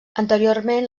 anteriorment